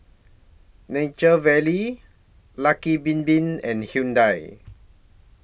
Nature Valley Lucky Bin Bin and Hyundai